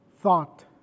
thought